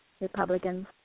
Republicans